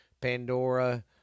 Pandora